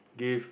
give